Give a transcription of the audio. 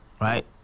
right